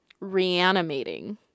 reanimating